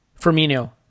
Firmino